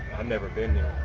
and ever been